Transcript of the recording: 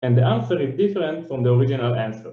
וההתשובה היא אחרת מההתשובה הראשונית.